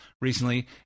recently